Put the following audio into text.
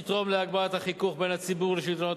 יתרום להגברת החיכוך בין הציבור לשלטונות